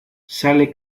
sale